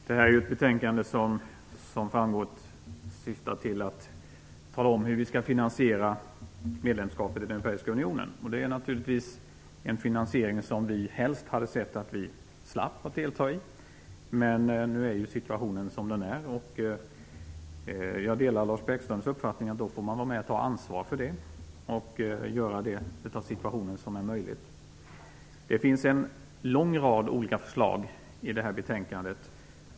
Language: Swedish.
Fru talman! Detta betänkande syftar, som framgått, till att tala om hur vi skall finansiera medlemskapet i den europeiska unionen. Vi hade naturligtvis helst sett att vi slapp delta i finansieringen. Men nu är situationen som den är. Jag delar Lars Bäckströms uppfattning att man får vara med och ta ansvar och göra det bästa som är möjligt av situationen. Det finns en lång rad olika förslag i betänkandet.